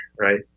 right